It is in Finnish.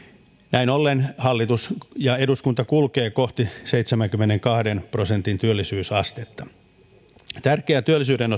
näin ollen hallitus ja eduskunta kulkevat kohti seitsemänkymmenenkahden prosentin työllisyysastetta tärkeää työllisyyden